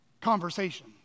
conversation